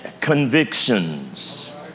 convictions